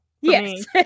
Yes